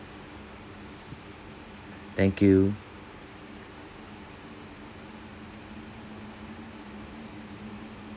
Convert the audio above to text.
thank you